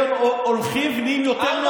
אה, בין היתר.